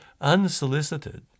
unsolicited